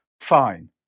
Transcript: Fine